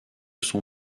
son